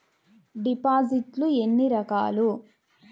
డిపాజిట్లు ఎన్ని రకాలు?